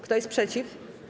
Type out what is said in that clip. Kto jest przeciw?